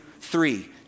three